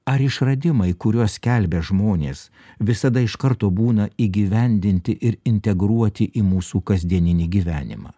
ar išradimai kuriuos skelbia žmonės visada iš karto būna įgyvendinti ir integruoti į mūsų kasdieninį gyvenimą